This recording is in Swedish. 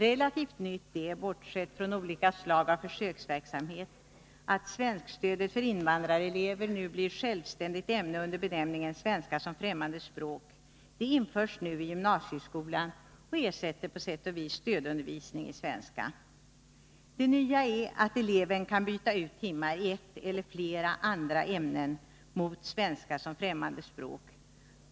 Relativt nytt är — bortsett från olika slag av försöksverksamhet — att svenskstödet för invandrarelever blir självständigt ämne under benämningen svenska som främmande språk. Detta ämne införs nu i gymnasieskolan och ersätter på sätt och vis stödundervisningen i svenska. Det nya är att eleven kan byta ut timmar i ett eller flera andra ämnen mot svenska som främmande språk.